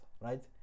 right